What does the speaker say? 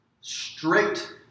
strict